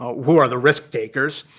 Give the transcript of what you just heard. who are the risk takers,